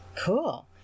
Cool